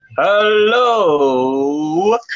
Hello